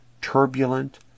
turbulent